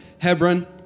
hebron